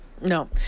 No